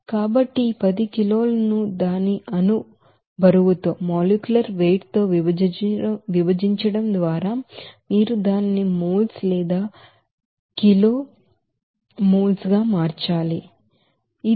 కాబట్టి ఈ 10 కిలోల ను దాని మోలెకులర్ వెయిట్ తో విభజించడం ద్వారా మీరు దానిని మోల్స్ లేదా కిగ్రా మోల్స్ గా మార్చాలి